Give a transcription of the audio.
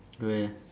where